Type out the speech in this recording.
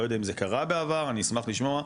לא יודע אם זה קרה בעבר אני אשמח לשמוע,